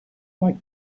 like